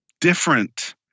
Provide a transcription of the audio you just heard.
different